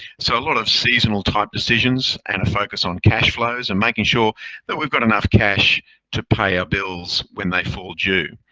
so a lot of seasonal type decisions and a focus on cashflows. and making sure that we've got enough cash to pay our bills when they fall due.